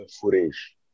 footage